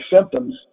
symptoms